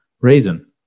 reason